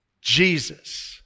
Jesus